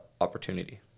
opportunity